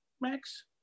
Max